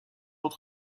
dans